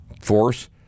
force